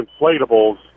inflatables